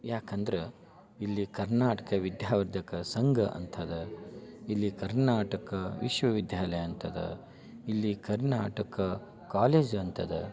ಯಾಕಂದ್ರೆ ಇಲ್ಲಿ ಕರ್ನಾಟಕ ವಿದ್ಯಾವರ್ಧಕ ಸಂಘ ಅಂತದ ಇಲ್ಲಿ ಕರ್ನಾಟಕ ವಿಶ್ವವಿದ್ಯಾಲಯ ಅಂತಂದು ಇಲ್ಲಿ ಕರ್ನಾಟಕ ಕಾಲೇಜ್ ಅಂತದ